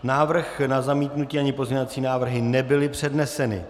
Návrh na zamítnutí, ani pozměňovací návrhy nebyly předneseny.